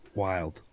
wild